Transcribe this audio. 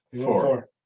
Four